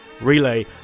Relay